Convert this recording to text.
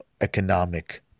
economic